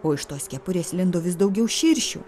o iš tos kepurės lindo vis daugiau širšių